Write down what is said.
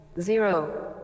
zero